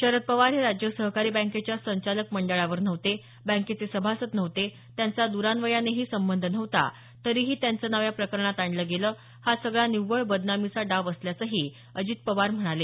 शरद पवार हे राज्य सहकारी बँकेच्या संचालक मंडळावर नव्हते बँकेचे सभासद नव्हते त्यांचा द्रान्वयानेही संबंध नव्हता तरीही त्यांचं नाव या प्रकरणात आणलं गेलं हा सगळा निव्वळ बदनामीचा डाव असल्याचंही अजित पवार म्हणाले